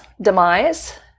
demise